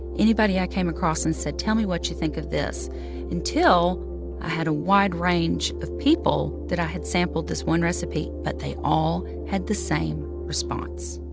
anybody i came across and said, tell me what you think of this until i had a wide range of people that i had sampled this one recipe. but they all had the same response.